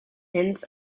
hints